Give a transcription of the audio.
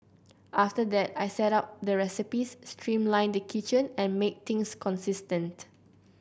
after that I set up the recipes streamlined the kitchen and made things consistent